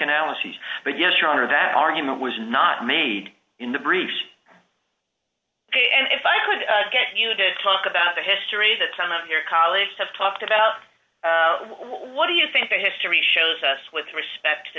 analyses but yes your honor that argument was not made in the briefs ok and if i could get you to talk about the history that some of your colleagues have talked about what do you think that history shows us with respect to